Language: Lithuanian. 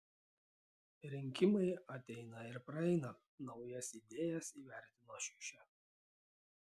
rinkimai ateina ir praeina naujas idėjas įvertino šiušė